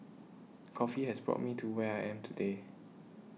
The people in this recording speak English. coffee has brought me to where I am today